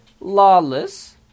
Lawless